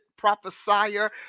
prophesier